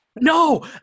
no